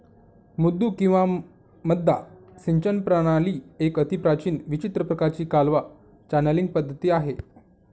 मुद्दू किंवा मद्दा सिंचन प्रणाली एक अतिप्राचीन विचित्र प्रकाराची कालवा चॅनलींग पद्धती आहे